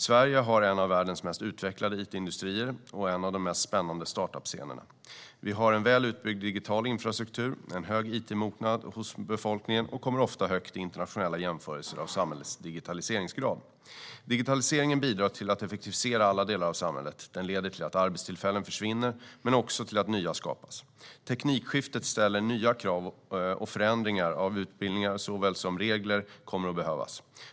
Sverige har en av världens mest utvecklade it-industrier och en av de mest spännande startup-scenerna. Vi har en väl utbyggd digital infrastruktur, en hög it-mognad hos befolkningen och kommer ofta högt i internationella jämförelser av samhällets digitaliseringsgrad. Digitaliseringen bidrar till att effektivisera alla delar av samhället. Den leder till att arbetstillfällen försvinner men också till att nya skapas. Teknikskiftet ställer nya krav, och förändringar av utbildningar såväl som regler kommer att behövas.